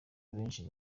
benshi